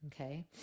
okay